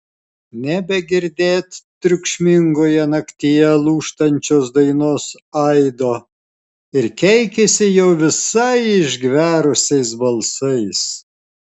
nebegirdėt triukšmingoje naktyje lūžtančios dainos aido ir keikiasi jau visai išgverusiais balsais